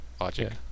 logic